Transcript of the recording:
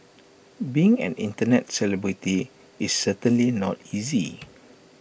being an Internet celebrity is certainly not easy